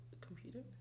computer